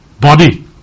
body